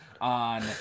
on